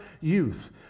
youth